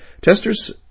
testers